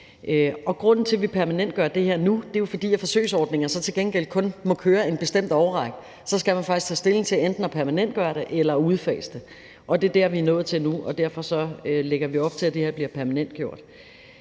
Grunden til, at vi permanentgør det her nu, er jo, at forsøgsordninger til gengæld kun må køre i en bestemt årrække, og så skal man faktisk tage stilling til enten at permanentgøre det eller udfase det. Det er der, vi er nået til nu, og derfor lægger vi op til, at det her bliver permanentgjort.